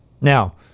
Now